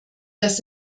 dass